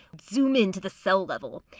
zoom into the cell level.